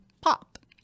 pop